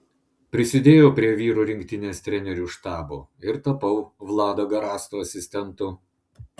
prisidėjau prie vyrų rinktinės trenerių štabo ir tapau vlado garasto asistentu